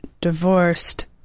divorced